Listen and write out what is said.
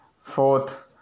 Fourth